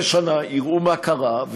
אחרי שנה יראו מה קרה,